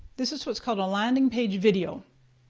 this is what's called a landing page video.